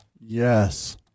Yes